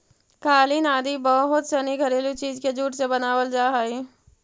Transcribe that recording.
कालीन आदि बहुत सनी घरेलू चीज के जूट से बनावल जा हइ